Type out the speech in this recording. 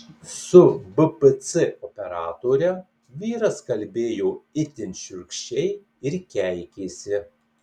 su bpc operatore vyras kalbėjo itin šiurkščiai ir keikėsi